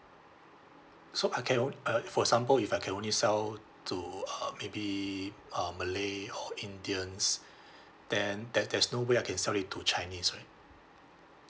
so I can on~ uh if for example if I can only sell to uh maybe uh malay or indians then there there's no way I can sell it to chinese right